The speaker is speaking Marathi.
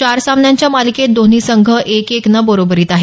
चार सामन्यांच्या या मालिकेत दोन्ही संघ एक एकनं बरोबरीत आहेत